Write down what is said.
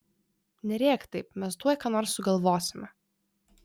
nerėk taip mes tuoj ką nors sugalvosime